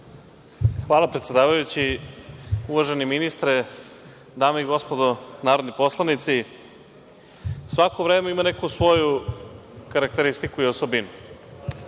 Hvala, predsedavajući. Uvaženi ministre, dame i gospodo narodni poslanici, svako vreme ima neku svoju karakteristiku i osobinu